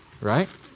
right